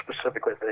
specifically